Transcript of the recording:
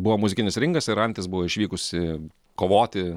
buvo muzikinis ringas ir antis buvo išvykusi kovoti